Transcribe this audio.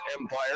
empire